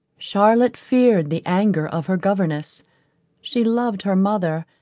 charlotte feared the anger of her governess she loved her mother,